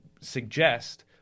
suggest